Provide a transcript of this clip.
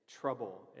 trouble